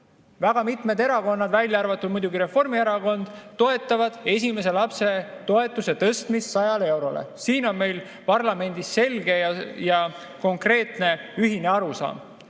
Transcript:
väga mitmed erakonnad, välja arvatud muidugi Reformierakond, toetavad esimese lapse toetuse tõstmist 100 eurole. Siin on meil parlamendis selge ja konkreetne ühine arusaam.